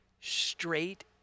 straight